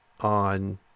on